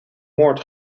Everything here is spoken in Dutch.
moord